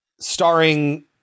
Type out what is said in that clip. Starring